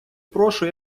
прошу